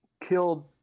killed